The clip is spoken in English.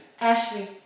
Ashley